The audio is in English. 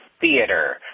theater